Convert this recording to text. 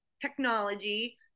technology